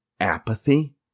apathy